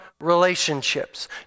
relationships